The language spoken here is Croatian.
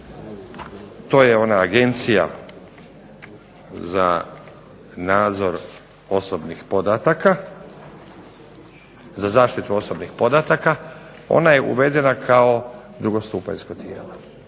to je ona Agencija za zaštitu osobnih podataka. Ona je uvedena kao drugostupanjsko tijelo.